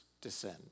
descend